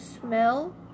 smell